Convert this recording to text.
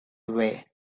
way